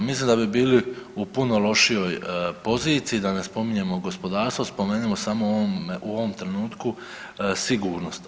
Mislim da bi bili u puno lošijoj poziciji, da ne spominjemo gospodarstvo, spomenimo samo u ovom trenutku sigurnost.